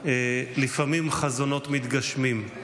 לפעמים חזונות מתגשמים.